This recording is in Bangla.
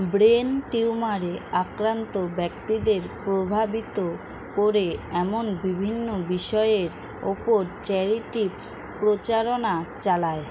ব্রেন টিউমারে আক্রান্ত ব্যক্তিদের প্রভাবিত করে এমন বিভিন্ন বিষয়ের ওপর চ্যারিটি প্রচারণা চালায়